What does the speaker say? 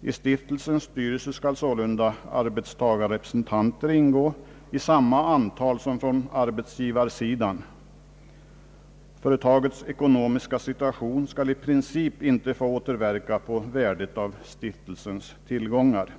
I stiftelsens styrelse skall sålunda arbetstagarrepresentanter ingå i samma antal som från arbetsgivarsidan. Företagets ekonomiska situation skall i princip inte få återverka på värdet av stiftelsens tillgångar.